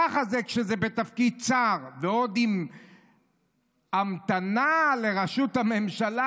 ככה זה בתפקיד שר, ועוד עם המתנה לראשות הממשלה.